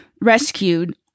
rescued